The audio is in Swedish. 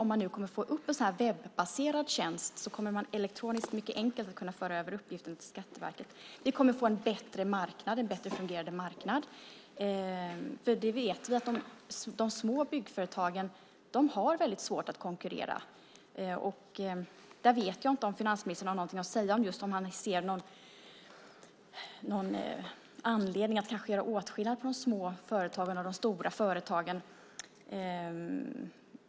Om de får en webbaserad tjänst kommer de elektroniskt mycket enkelt att kunna föra över uppgifter till Skatteverket. En andra fördel är att vi kommer att få en bättre fungerande marknad, för vi vet att de små byggföretagen har väldigt svårt att konkurrera. Där vet jag inte om finansministern ser någon anledning att göra åtskillnad mellan de små företagen och de stora företagen.